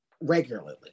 regularly